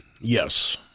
Yes